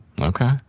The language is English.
okay